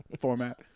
format